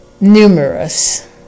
Numerous